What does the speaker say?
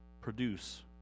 produce